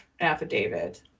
affidavit